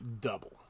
double